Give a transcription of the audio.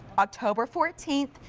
october fourteenth,